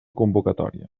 convocatòria